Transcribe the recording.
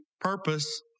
purpose